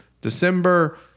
december